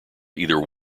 either